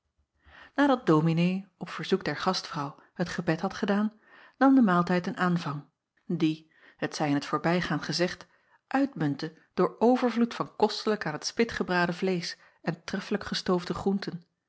adat ominee op verzoek der gastvrouw het gebed had gedaan nam de maaltijd een aanvang die het zij in t voorbijgaan gezegd uitmuntte door overvloed van kostelijk aan t spit gebraden vleesch en treffelijk gestoofde groenten